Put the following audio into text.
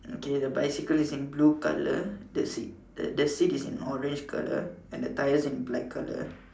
okay the bicycle is in blue colour the seat the seat is in orange colour and the tyre's in black colour